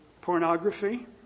pornography